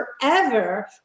forever